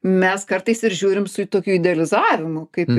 mes kartais ir žiūrim su tokiu idealizavimu kaip